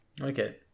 Okay